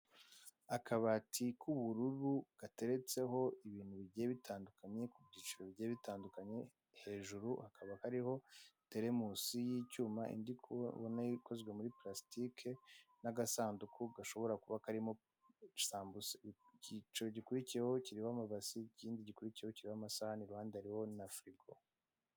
Akabati k'ubururu gateretseho ibintu bigiye bitandukanye ku byiciro bigiye bitandukanye hejuru hakaba hariho terimusi y'icyuma indi ubona ikozwe muri purasitike n'agasanduku gashobora kuba karimo sambusa, ikiciro gikurikiyeho kirimo amabase ikindi gikurikiyeho kirimo amasahani iruhande hariho na firigo.